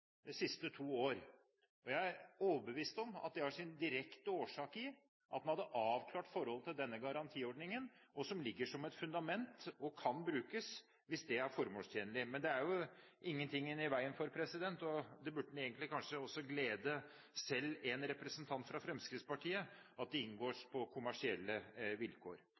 siste to årene. Jeg er overbevist om at det har sin direkte årsak i at man hadde avklart forholdet til denne garantiordningen, som ligger som et fundament og kan brukes hvis det er formålstjenlig. Men det er ingenting i veien for – og det burde kanskje egentlig også glede selv en representant fra Fremskrittspartiet – at det inngås på kommersielle vilkår.